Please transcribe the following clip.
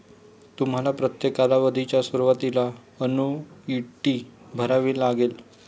तुम्हाला प्रत्येक कालावधीच्या सुरुवातीला अन्नुईटी भरावी लागेल